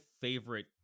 favorite